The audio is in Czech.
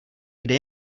kde